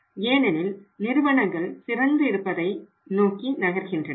ஏனெனில் நிறுவனங்கள் சிறந்து இருப்பதை நோக்கி நகர்கின்றன